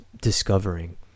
discovering